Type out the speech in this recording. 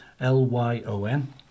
L-Y-O-N